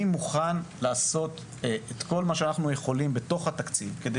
אני מוכן לעשות כל מה שאנחנו יכולים בתוך התקציב כדי